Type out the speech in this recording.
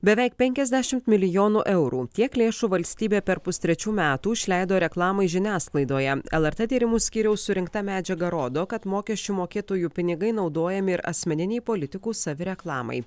beveik penkiasdešimt milijonų eurų tiek lėšų valstybė per pustrečių metų išleido reklamai žiniasklaidoje lrt tyrimų skyriaus surinkta medžiaga rodo kad mokesčių mokėtojų pinigai naudojami ir asmeninei politikų savireklamai